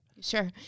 Sure